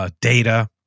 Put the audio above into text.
data